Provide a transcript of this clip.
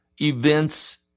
events